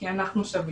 כי אנחנו שווים.